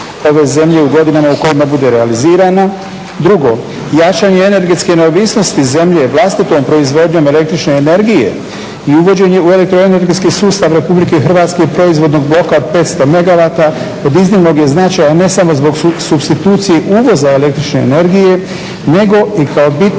ove zemlje u godinama u kojima bude realizirana. Drugo, jačanje energetske neovisnosti zemlje vlastitom proizvodnjom električne energije i uvođenje u elektroenergetski sustav RH proizvodnog bloka od 500 megawata od iznimnog je značaja ne samo zbog supstitucije uvoza električne energije, nego i kao bitna